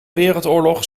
wereldoorlog